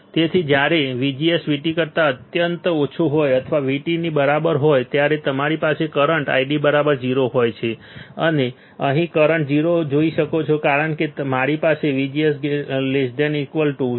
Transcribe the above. તેથી જ્યારે VGS VT કરતા અત્યંત ઓછું હોય અથવા VT ની બરાબર હોય ત્યારે અમારી પાસે કરંટ ID 0 હોય છે તમે અહીં કરંટ 0 જોઈ શકો છો કારણ કે મારી VGS VT